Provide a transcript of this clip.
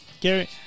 Gary